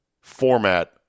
format